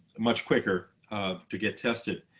much quicker to get tested.